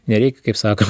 nereik kaip sako